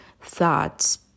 Thoughts